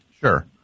Sure